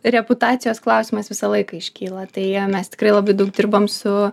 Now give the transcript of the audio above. reputacijos klausimas visą laiką iškyla tai mes tikrai labai daug dirbam su